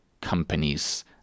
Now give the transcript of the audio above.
companies